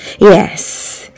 Yes